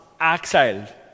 exiled